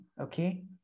Okay